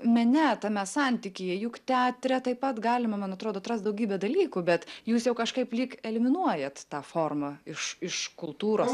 mene tame santykyje juk teatre taip pat galima man atrodo atrast daugybę dalykų bet jūs jau kažkaip lyg eliminuojat tą formą iš iš kultūros